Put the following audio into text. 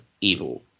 evil